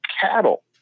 cattle